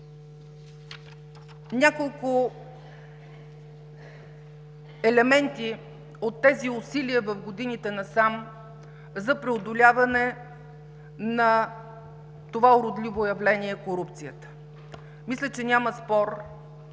Няколко елемента от тези усилия в годините насам за преодоляване на това уродливо явление „корупцията“. Мисля, че няма спор,